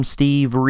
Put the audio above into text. Steve